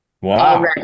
wow